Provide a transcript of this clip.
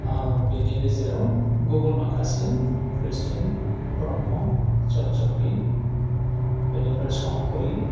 बेनि गेजेराव गुबुन माखासे खृष्टीयान ब्रह्म सत संगि बेनिफ्राय संकरि